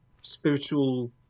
spiritual